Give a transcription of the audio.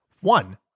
one